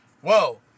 Whoa